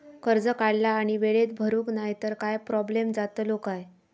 कर्ज काढला आणि वेळेत भरुक नाय तर काय प्रोब्लेम जातलो काय?